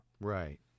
Right